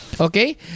okay